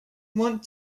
want